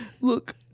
look